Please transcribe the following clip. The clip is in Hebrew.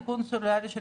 האיכון של שב"כ,